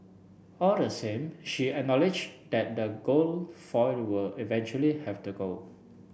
all the same she acknowledge that the gold foiled will eventually have to go